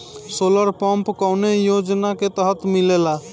Solar pump कौने योजना के तहत मिलेला?